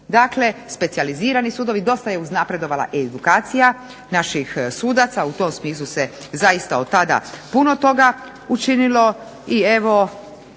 Dakle specijalizirani sudovi, dosta je uznapredovala edukacija naših sudaca. U tom smislu se zaista otada puno toga učinilo. I evo